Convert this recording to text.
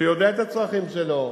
שיודע את הצרכים שלו,